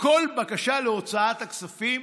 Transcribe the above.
כל בקשה להוצאת כספים,